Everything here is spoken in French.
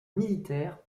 militaire